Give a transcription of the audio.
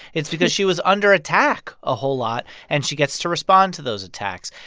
it's because she was under attack a whole lot, and she gets to respond to those attacks.